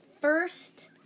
first